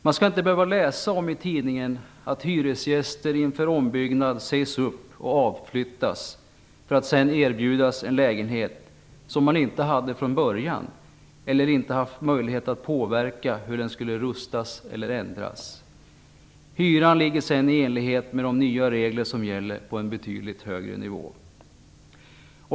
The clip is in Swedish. Man skall inte i tidningen behöva läsa om att hyresgäster inför ombyggnad sägs upp och avflyttas för att sedan erbjudas en lägenhet som de inte hade från början eller som de inte hade möjlighet att påverka hur den skulle rustas eller ändras. Hyran ligger sedan, i enlighet med de nya regler som gäller, på en betydligt högre nivå.